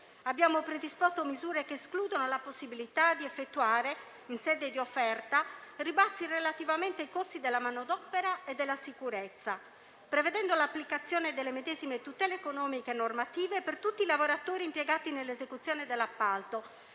Abbiamo predisposto misure che escludono la possibilità di effettuare - in sede di offerta - ribassi relativamente ai costi della manodopera e della sicurezza, prevedendo l'applicazione delle medesime tutele economiche e normative per tutti i lavoratori impiegati nell'esecuzione dell'appalto,